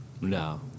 No